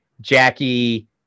Jackie